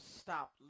stop